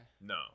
No